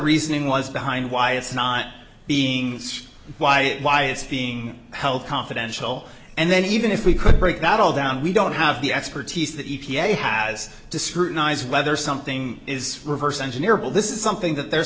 reasoning was behind why it's not beings why it why it's being held confidential and then even if we could break that all down we don't have the expertise the e p a has to scrutinize whether something is reverse engineer but this is something that the